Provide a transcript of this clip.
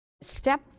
Step